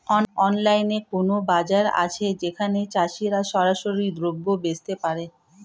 অনলাইনে কোনো বাজার আছে যেখানে চাষিরা সরাসরি দ্রব্য বেচতে পারে?